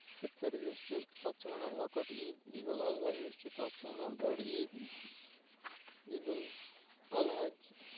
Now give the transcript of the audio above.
فطر یُس چھِ تَتھ چھِ وَنان لۄکٕٹۍ عید عیدالاضحیٰ یُس چھِ تَتھ چھِ ونان بٔڑعید عیدالاضحیٰ کہِ